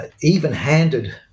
even-handed